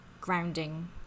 grounding